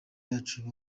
yacu